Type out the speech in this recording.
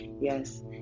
yes